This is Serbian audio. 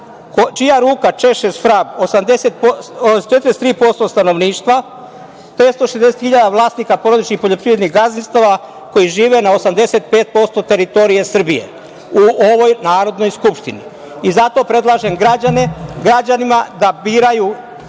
čija ruka češe svrab 43% stanovništva tj. 160 hiljada vlasnika porodičnih poljoprivrednih gazdinstava koji žive na 85% teritorije Srbije, u ovoj Narodnoj skupštini? Zato predlažem građanima da izađu